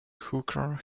hooker